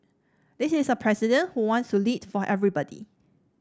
this is a president who wants to lead for everybody